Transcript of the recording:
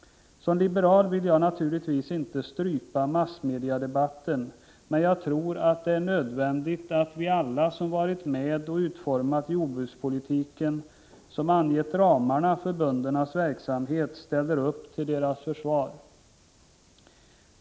Som liberal vill jag naturligtvis inte strypa massmediadebatten men jag tror att det är nödvändigt att alla vi som varit med om att utforma den jordbrukspolitik som angett ramarna för böndernas verksamhet ställer upp till deras försvar.